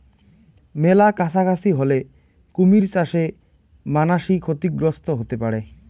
মেলা কাছাকাছি হলে কুমির চাষে মানাসি ক্ষতিগ্রস্ত হতে পারে